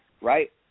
right